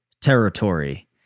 territory